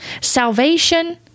salvation